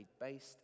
based